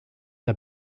der